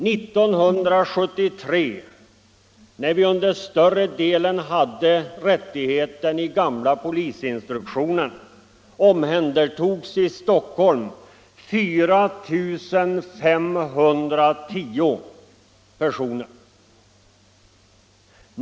1973, när vi under större delen av året hade rättigheten i gamla polisinstruktionen, omhändertogs i Stockholm 4 510 personer.